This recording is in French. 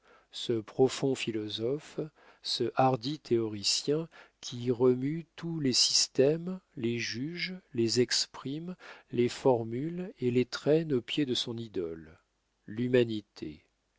ce profond philosophe ce hardi théoricien qui remue tous les systèmes les juge les exprime les formule et les traîne aux pieds de son idole l'humanité